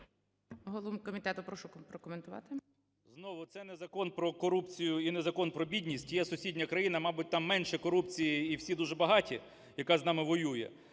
Голово комітету, прошу прокоментувати. 13:24:58 КНЯЖИЦЬКИЙ М.Л. Знову, це не закон про корупцію і не закон про бідність. Є сусідня країна - мабуть, там менше корупції і всі дуже багаті, яка з нами воює.